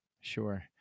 Sure